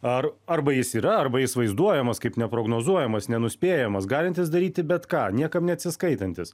ar arba jis yra arba jis vaizduojamas kaip neprognozuojamas nenuspėjamas galintis daryti bet ką niekam neatsiskaitantis